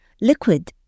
liquid